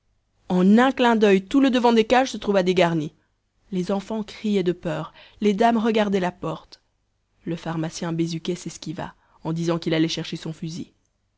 en un clin d'oeil tout le devant des cages se trouva dégarni les enfants criaient de peur les dames regardaient la porte le pharmacien bézuquet s'esquiva en disant qu'il allait chercher son fusil